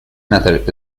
method